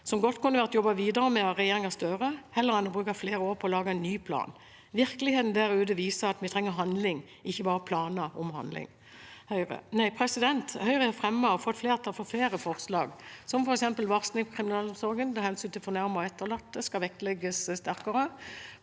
som godt kunne vært jobbet videre med av regjeringen Støre, heller enn å bruke flere år på å lage en ny plan. Virkeligheten der ute viser at vi trenger handling, ikke bare planer om handling. Høyre har fremmet og fått flertall for flere forslag, som f.eks. varsling av kriminalomsorgen, der hensynet til fornærmede og etterlatte skal vektlegges sterkere,